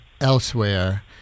elsewhere